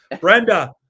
Brenda